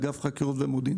אגף חקירות ומודיעין